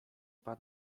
pan